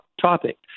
topic